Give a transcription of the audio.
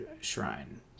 shrine